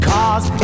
Cause